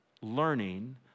learning